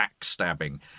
backstabbing